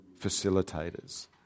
facilitators